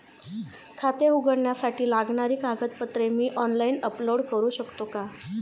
खाते उघडण्यासाठी लागणारी कागदपत्रे मी ऑनलाइन अपलोड करू शकतो का?